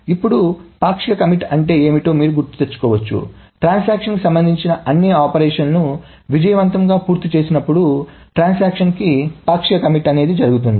ఇప్పుడు పాక్షిక కమిట్ అంటే ఏమిటో మీరు గుర్తు తెచ్చుకోవచ్చు ట్రాన్సాక్షన్ కి సంబంధించిన అన్ని ఆపరేషన్లను విజయవంతంగా పూర్తి చేసినప్పుడు ట్రాన్సాక్షన్ కి పాక్షిక కమిట్ జరుగుతుంది